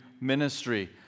ministry